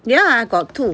ya got two